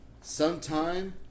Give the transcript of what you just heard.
sometime